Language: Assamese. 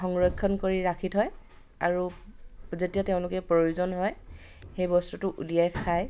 সংৰক্ষণ কৰি ৰাখি থয় আৰু যেতিয়া তেওঁলোকে প্ৰয়োজন হয় সেই বস্তুটো উলিয়াই খায়